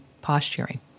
posturing